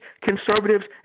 conservatives